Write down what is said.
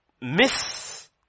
miss